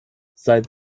seit